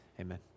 amen